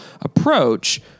approach